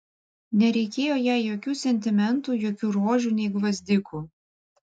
nereikėjo jai jokių sentimentų jokių rožių nei gvazdikų